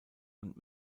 und